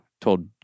told